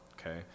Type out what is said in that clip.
okay